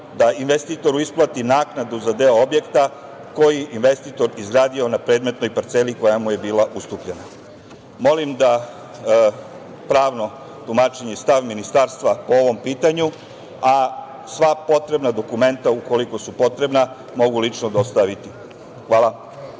da investitoru isplati naknadu za deo objekta koji je investitor izgradio na predmetnoj parceli koja mu je bila ustupljena? Molim pravno tumačenje i stav Ministarstva o ovom pitanju, a sva potrebna dokumenta, ukoliko su potrebna, mogu lično dostaviti. Hvala.